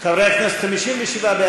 שעה) (הארכת תוקף החוק), התשע"ז 2017, נתקבל.